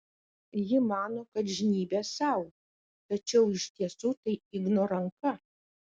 ji mano kad žnybia sau tačiau iš tiesų tai igno ranka